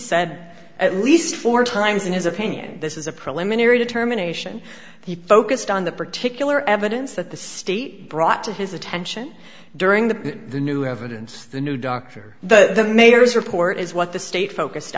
said at least four times in his opinion this is a preliminary determination he focused on the particular evidence that the state brought to his attention during the new evidence the new doctor the mayor's report is what the state focused